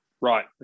Right